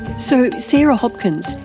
so sarah hopkins,